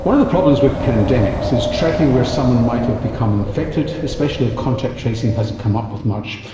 one of the problems with pandemics is tracking where someone might have become infected, especially if contact tracing hasn't come up with much.